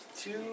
two